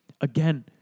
Again